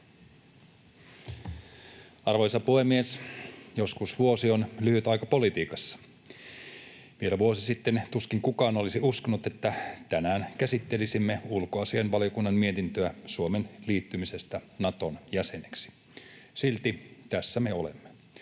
Arvoisa puhemies! Joskus vuosi on lyhyt aika politiikassa. Vielä vuosi sitten tuskin kukaan olisi uskonut, että tänään käsittelisimme ulkoasiainvaliokunnan mietintöä Suomen liittymisestä Naton jäseneksi. Silti tässä me olemme,